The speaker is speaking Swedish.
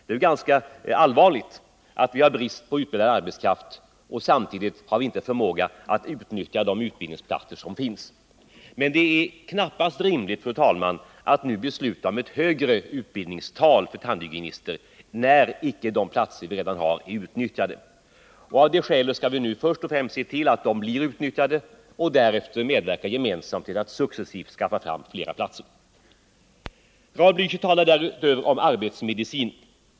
Det är ganska allvarligt att vi, samtidigt som det råder brist på utbildad arbetskraft, inte har förmåga att utnyttja de utbildningsplatser som finns. Men det är knappast rimligt, fru talman, att nu besluta om ett högre utbildningstal för tandhygienister, när inte befintliga platser är utnyttjade. Låt oss först och främst se till att dessa platser blir utnyttjade och därefter medverka till att successivt skaffa fram fler utbildningsplatser. Raul Blächer talade därutöver om arbetsmedicin.